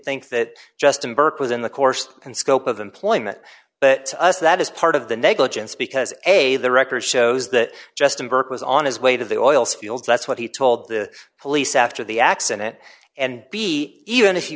think that justin burke was in the course and scope of employment but us that is part of the negligence because a the record shows that justin burke was on his way to the oil fields that's what he told the police after the accident and b even if he